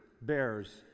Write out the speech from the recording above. bears